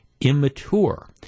immature